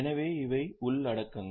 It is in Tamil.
எனவே இவை உள்ளடக்கங்கள்